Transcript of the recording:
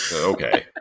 Okay